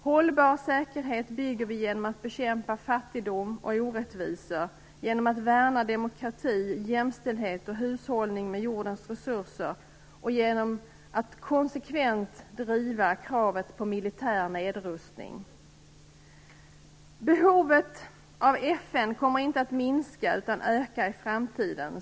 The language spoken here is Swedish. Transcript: Hållbar säkerhet bygger vi genom att bekämpa fattigdom och orättvisor, genom att värna demokrati, jämställdhet och hushållning med jordens resurser och genom att konsekvent driva kravet på militär nedrustning. Behovet av FN kommer inte att minska utan öka i framtiden.